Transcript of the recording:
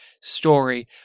story